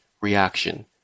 reaction